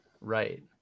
right